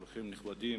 אורחים נכבדים,